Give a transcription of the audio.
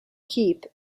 keep